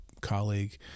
colleague